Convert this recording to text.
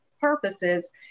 purposes